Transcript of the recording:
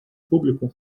público